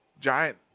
giant